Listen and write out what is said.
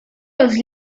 los